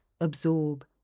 absorb